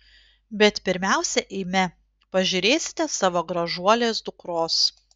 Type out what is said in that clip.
bet pirmiausia eime pažiūrėsite savo gražuolės dukros